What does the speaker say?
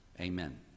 Amen